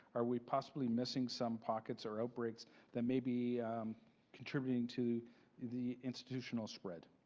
are we possibly missing some pockets or outbreaks that may be contributing to the institutional spread?